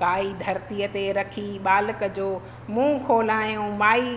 काई धरतीअ ते रखी बालक जो मुंहं खोलायऊं माई